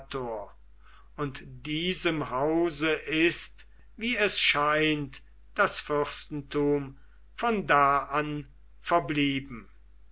und diesem hause ist wie es scheint das fürstenrum von da an verblieben